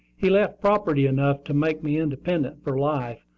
he left property enough to make me independent for life,